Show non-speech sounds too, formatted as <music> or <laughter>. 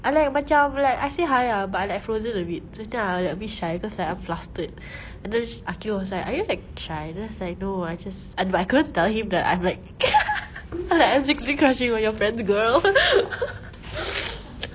I like macam like I say hi ah but I like frozen a bit so tell I a bit shy cause like I'm flustered and then s~ aqil was like are you like shy then I was like no I just a~ I couldn't tell him that I'm like <laughs> like I'm secretly crushing on your friend's girl <laughs>